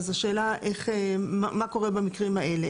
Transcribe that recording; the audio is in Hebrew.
אז השאלה מה קורה במקרים האלה?